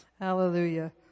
Hallelujah